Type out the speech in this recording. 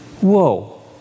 Whoa